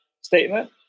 statement